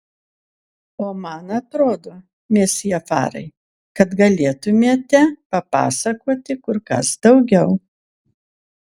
o man atrodo mesjė farai kad galėtumėte papasakoti kur kas daugiau